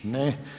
Ne.